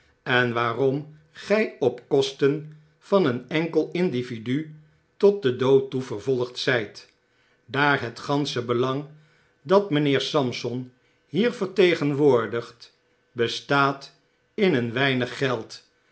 en waarom gy op kosten van een enkel individu tot den dood toe vervolgd zyt daar het gansche belang dat mynheer sampson hier vertegenwoordigt bestaat in een weinig geld